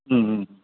ம் ம்